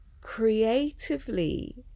creatively